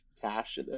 cash